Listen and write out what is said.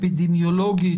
אפידמיולוגית,